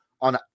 on